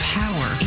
power